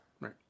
Right